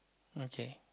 okay